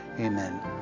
Amen